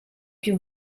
più